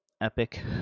epic